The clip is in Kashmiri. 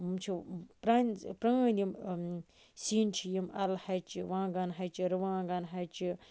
یم چھِ پرانہ پرٲنۍ یِم سِنۍ چھِ یِم اَلہٕ ہَچہِ وانٛگَن ہَچہِ رُوانٛگَن ہَچہِ